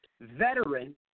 veteran